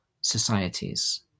societies